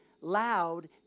loud